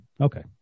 Okay